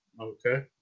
Okay